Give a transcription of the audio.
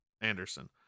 Anderson